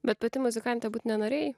bet pati muzikante būt nenorėjai